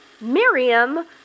Miriam